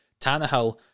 Tannehill